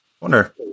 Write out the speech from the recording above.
wonder